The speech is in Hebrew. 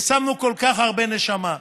ושמנו כל כך הרבה נשמה,